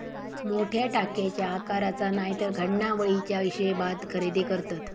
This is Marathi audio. मोठ्या टाकयेच्या आकाराचा नायतर घडणावळीच्या हिशेबात खरेदी करतत